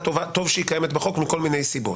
שטוב שהיא קיימת בחוק מכל מיני סיבות.